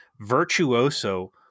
virtuoso